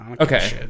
Okay